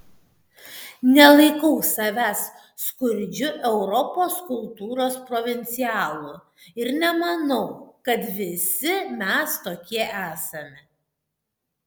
nelaikau savęs skurdžiu europos kultūros provincialu ir nemanau kad visi mes tokie esame